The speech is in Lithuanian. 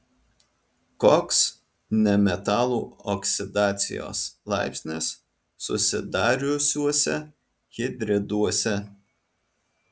koks nemetalų oksidacijos laipsnis susidariusiuose hidriduose